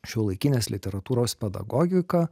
šiuolaikinės literatūros pedagogiką